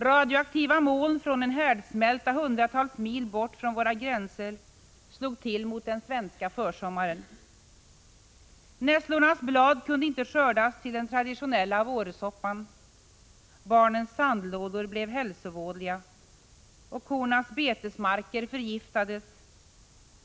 Radioaktiva moln från en härdsmälta hundratals mil bort från våra gränser slog till mot den svenska försommaren. Nässlornas blad kunde inte skördas till den traditionella vårsoppan. Barnens sandlådor blev hälsovådliga och kornas betesmarker förgiftades.